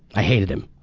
i hated him.